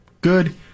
Good